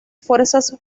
fuerzas